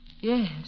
Yes